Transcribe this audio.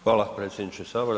Hvala predsjedniče sabora.